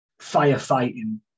firefighting